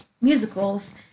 musicals